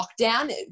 lockdown